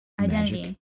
identity